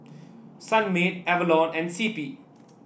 Sunmaid Avalon and C P